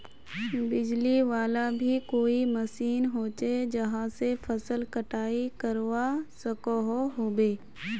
बिजली वाला भी कोई मशीन होचे जहा से फसल कटाई करवा सकोहो होबे?